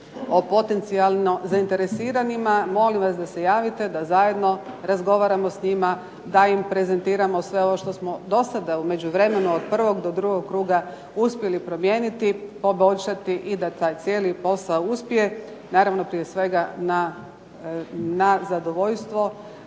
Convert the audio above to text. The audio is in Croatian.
o potencijalno zainteresiranima, molim vas da se javite da zajedno razgovaramo s njima, da im prezentiramo sve ovo što smo do sada u međuvremenu od prvog do drugog kruga uspjeli promijeniti, poboljšati i da taj cijeli posao uspije. Naravno prije svega na zadovoljstvo